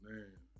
Man